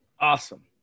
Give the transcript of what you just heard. Awesome